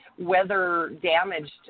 weather-damaged